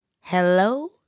Hello